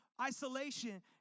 isolation